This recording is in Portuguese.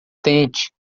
tente